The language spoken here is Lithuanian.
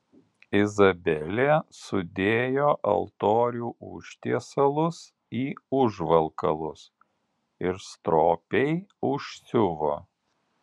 izabelė sudėjo altorių užtiesalus į užvalkalus ir stropiai užsiuvo